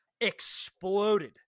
exploded